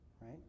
right